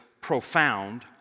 profound